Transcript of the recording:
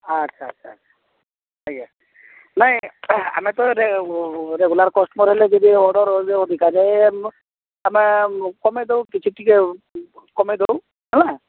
ଆଚ୍ଛା ଆଚ୍ଛା ଆଜ୍ଞା ନାଇଁ ଆମେ ତ ରେଗୁଲାର କଷ୍ଟମର ହେଲେ କିଛି ଅର୍ଡର ଯଦି ଅଧିକା ଯାଏ ଆମେ କମେଇଦେଉ କିଛି ଟିକିଏ କମେଇଦେଉ ହେଲା